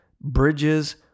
bridges